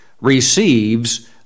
receives